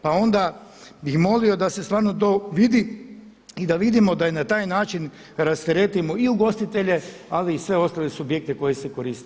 Pa onda bih molio da se stvarno to vidi i da vidimo da i na taj način rasteretimo i ugostitelje ali i sve ostale subjekte koji se koriste.